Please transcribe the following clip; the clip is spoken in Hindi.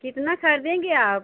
कितना खरीदेंगे आप